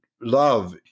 love